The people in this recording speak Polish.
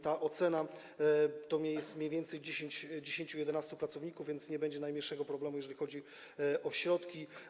Ta ocena dotyczy mniej więcej dziesięciu, jedenastu pracowników, więc nie będzie najmniejszego problemu, jeżeli chodzi o środki.